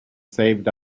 saved